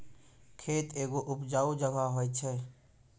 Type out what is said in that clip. खेत एगो उपजाऊ जगह होय छै